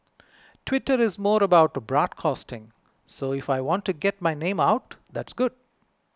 Twitter is more about broadcasting so if I want to get my name out that's good